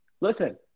Listen